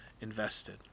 invested